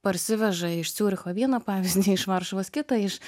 parsiveža iš ciuricho vieną pavyzdį iš varšuvos kitą iš